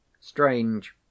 Strange